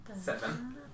Seven